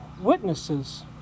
witnesses